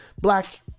black